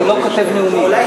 גירעון או רזרבה,